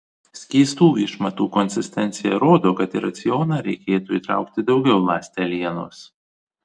skystų išmatų konsistencija rodo kad į racioną reikėtų įtraukti daugiau ląstelienos